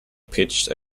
pitched